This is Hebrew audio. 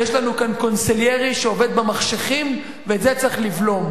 ויש לנו כאן קונסליירי שעובד במחשכים ואת זה צריך לבלום.